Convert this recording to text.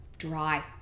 dry